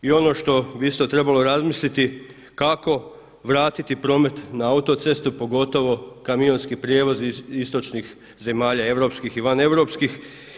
I ono što bi isto trebali razmisliti kako vratiti promet na autoceste pogotovo kamionski prijevoz iz istočnih zemalja i vaneuropskih.